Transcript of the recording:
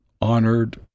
honored